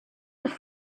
have